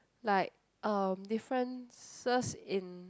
like um differences in